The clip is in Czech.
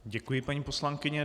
Děkuji, paní poslankyně.